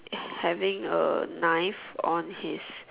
having a knife on his